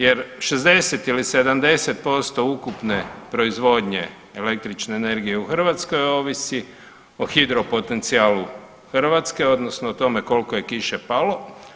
Jer 60 ili 70% ukupne proizvodnje električne energije u Hrvatskoj ovisi o hidro potencijalu Hrvatske, odnosno o tome koliko je kiše palo.